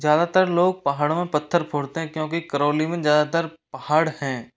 ज़्यादातर लोग पहाड़ों में पत्थर फोड़ते है क्योंकि करौली में ज़्यादातर पहाड़ हैं